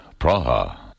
Praha